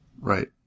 Right